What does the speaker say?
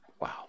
Wow